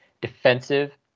defensive